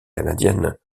canadienne